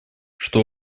что